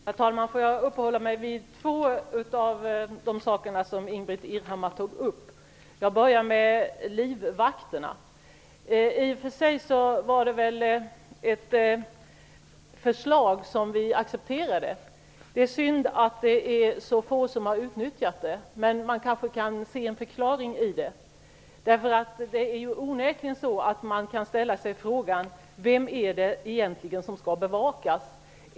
Herr talman! Jag skulle vilja uppehålla mig vid två av de frågor som Ingbritt Irhammar tog upp. Jag skall börja med livvakterna. I och för sig var förslaget om livvakter ett förslag som vi accepterade. Det är synd att det är så få som utnyttjat den möjligheten, men vi kanske kan få en förklaring till det. Onekligen kan man ställa sig frågan: Vem är det egentligen som skall bevakas?